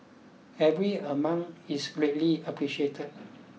every amount is greatly appreciated